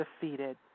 defeated